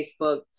Facebook